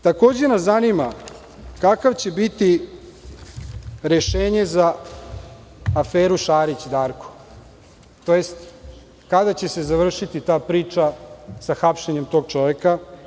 Takođe nas zanima kakvo će biti rešenje za aferu Šarić Darko, tj. kada će se završiti ta priča sa hapšenjem tog čoveka.